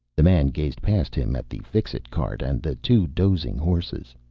the man gazed past him at the fixit cart and the two dozing horses.